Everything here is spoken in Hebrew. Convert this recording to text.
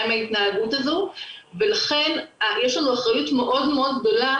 עם ההתנהגות הזו ולכן יש לנו אחריות מאוד מאוד גדולה